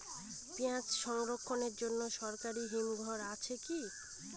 পিয়াজ সংরক্ষণের জন্য সরকারি হিমঘর আছে কি?